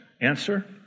Answer